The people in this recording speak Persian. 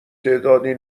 تعدادی